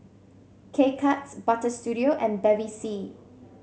K Cuts Butter Studio and Bevy C